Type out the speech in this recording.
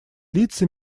лица